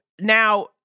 now